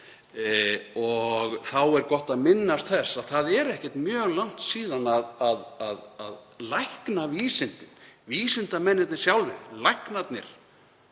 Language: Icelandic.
og þá er gott að minnast þess að það er ekkert mjög langt síðan að læknavísindin, vísindamennirnir sjálfir, læknarnir,